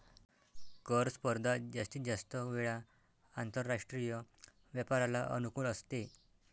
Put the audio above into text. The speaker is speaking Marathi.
कर स्पर्धा जास्तीत जास्त वेळा आंतरराष्ट्रीय व्यापाराला अनुकूल असते